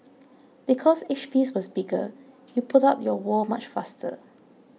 because each piece was bigger you put up your wall much faster